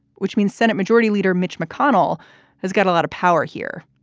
which means senate majority leader mitch mcconnell has got a lot of power here.